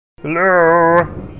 HELLO